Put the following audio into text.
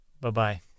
Bye-bye